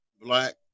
Black